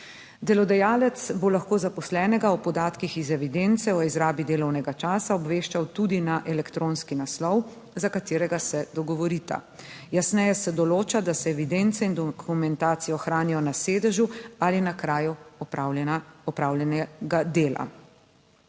Delodajalec bo lahko zaposlenega po podatkih iz evidence o izrabi delovnega časa obveščal tudi na elektronski naslov, za katerega se dogovorita. Jasneje se določa, da se evidence in dokumentacijo hranijo na sedežu ali na kraju opravljena